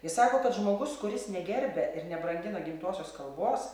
jis sako kad žmogus kuris negerbia ir nebrandina gimtosios kalbos